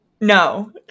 No